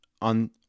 on